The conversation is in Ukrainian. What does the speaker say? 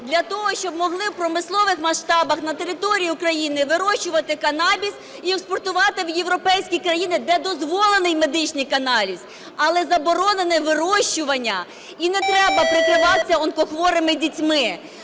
для того, щоб могли в промислових масштабах, на території України вирощувати канабіс і експортувати в європейські країни, де дозволений медичний канабіс, але заборонене вирощування. І нетреба прикриватися онкохворими дітьми,